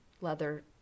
leather